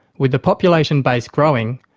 with the population base growing,